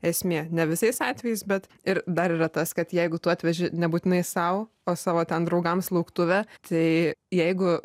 esmė ne visais atvejais bet ir dar yra tas kad jeigu tu atveži nebūtinai sau o savo ten draugams lauktuvę tai jeigu